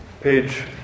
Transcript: page